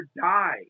die